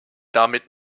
damit